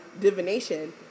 divination